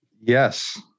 Yes